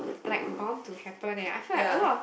like bound to happen eh I feel like a lot of